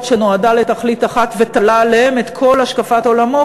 שנועדה לתכלית אחת ותלה עליהם את כל השקפת עולמו,